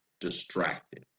distracted